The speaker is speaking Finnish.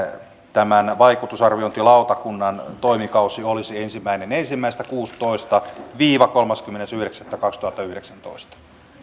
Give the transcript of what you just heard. tämän vaikutusarviointilautakunnan toimikausi olisi ensimmäinen ensimmäistä kaksituhattakuusitoista viiva kolmaskymmenes yhdeksättä kaksituhattayhdeksäntoista